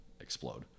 explode